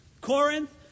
Corinth